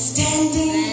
Standing